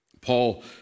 Paul